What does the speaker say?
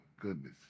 goodness